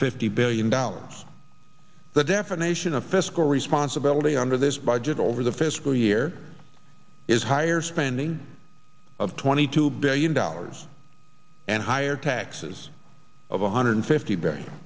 fifty billion dollars the definition of fiscal responsibility under this budget over the fiscal year is higher spending of twenty two billion dollars and higher taxes of one hundred fifty barry